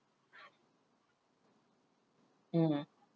mm